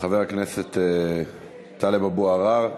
חבר הכנסת טלב אבו עראר.